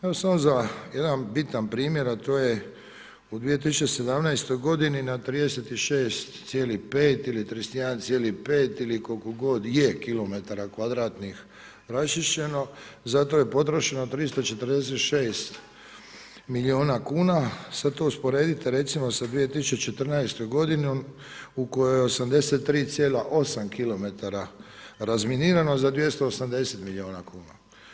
Evo samo za jedan bitan primjer, a to je u 2017. g. na 36,5 ili 31,5 ili koliko god je kilometara kvadratnih raščišćeno, za to je potrošeno 346 milijuna kuna, sad to usporedite recimo sa 2014. g. u kojoj je 83,8 km razminirano za 280 milijuna kuna.